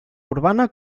urbana